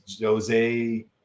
Jose